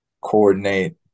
coordinate